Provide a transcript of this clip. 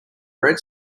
red